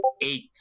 eight